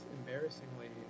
embarrassingly